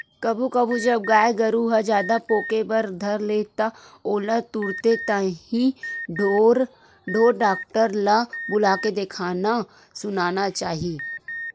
कभू कभू जब गाय गरु ह जादा पोके बर धर ले त ओला तुरते ताही ढोर डॉक्टर ल बुलाके देखाना सुनाना चाही